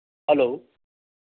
hello